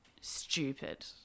stupid